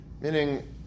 Meaning